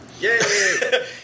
Yay